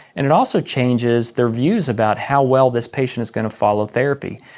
and it also changes their views about how well this patient is going to follow therapy.